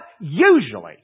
usually